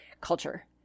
culture